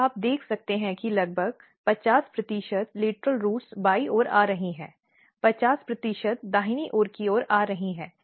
तो आप देख सकते हैं कि लगभग 50 प्रतिशत लेटरल रूट्स बाईं ओर आ रही हैं 50 प्रतिशत दाहिनी ओर की ओर आ रही हैं